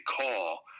call